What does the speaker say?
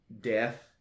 death